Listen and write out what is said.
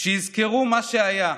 שיזכרו מה שהיה,